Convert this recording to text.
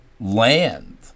land